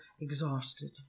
exhausted